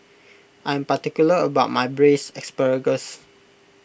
I am particular about my Braised Asparagus